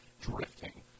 drifting